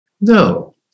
No